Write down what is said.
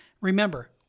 remember